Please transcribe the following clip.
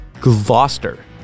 Gloucester